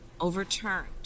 overturned